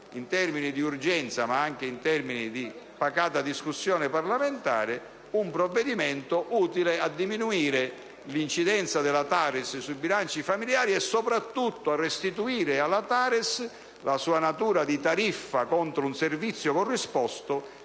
in termini di urgenza ma anche di pacata discussione parlamentare, un provvedimento utile a diminuire l'incidenza della TARES sui bilanci familiari e soprattutto restituire alla TARES la sua natura di tariffa per un servizio corrisposto,